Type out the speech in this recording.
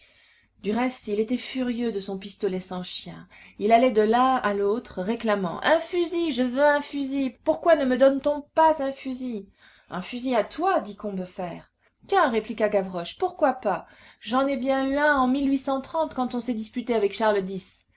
du reste il était furieux de son pistolet sans chien il allait de l'un à l'autre réclamant un fusil je veux un fusil pourquoi ne me donne-t-on pas un fusil un fusil à toi dit combeferre tiens répliqua gavroche pourquoi pas j'en ai bien eu un en quand on s'est disputé avec charles x